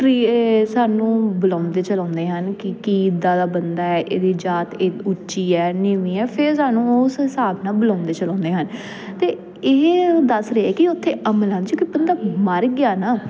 ਸਾਨੂੰ ਬੁਲਾਉਂਦੇ ਚਲਾਉਂਦੇ ਹਨ ਕਿ ਕਿੱਦਾਂ ਦਾ ਬੰਦਾ ਇਹਦੀ ਜਾਤ ਉੱਚੀ ਹੈ ਨੀਵੀਂ ਹੈ ਫਿਰ ਸਾਨੂੰ ਉਸ ਹਿਸਾਬ ਨਾਲ ਬੁਲਾਉਂਦੇ ਚਲਾਉਂਦੇ ਹਨ ਅਤੇ ਇਹ ਦੱਸ ਰਹੇ ਕਿ ਉੱਥੇ ਅਮਲਾਂ 'ਚ ਕਿ ਬੰਦਾ ਮਰ ਗਿਆ ਨਾ